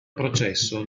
processo